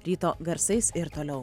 ryto garsais ir toliau